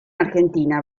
argentina